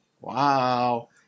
Wow